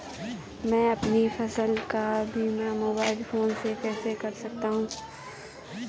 मैं अपनी फसल का बीमा मोबाइल फोन से कैसे कर सकता हूँ?